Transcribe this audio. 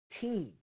team